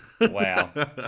Wow